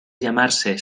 llamarse